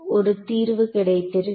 ஒரு தீர்வு கிடைத்திருக்கும்